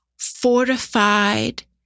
fortified